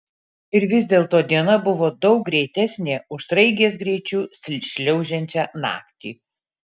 ir vis dėlto diena buvo daug greitesnė už sraigės greičiu šliaužiančią naktį